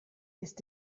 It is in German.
ist